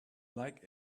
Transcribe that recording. like